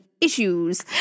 issues